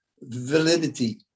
validity